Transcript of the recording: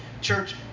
Church